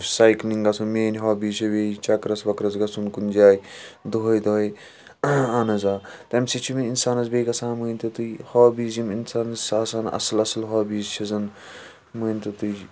بہٕ چھُس سایِکٕلِنٛگ گَژھُن مِیٲنۍ ہابِیٖز چھِ بیٚیہِ چَکرَس وَکرَس گَژھُن کُنہِ جایہِ دۄہَے دۄہَے ٲں اَہَن حظ آ تمہِ سٟتۍ چھِ مےٚ اِنسانَس بیٚیہِ گژھان مٲنۍ تو تُہۍ ہابِیٖز یِم اِنسانَس آسَن اَصٕل اصٕل ہابِیٖز آسن مٲنۍ تو تُہۍ